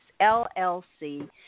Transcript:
LLC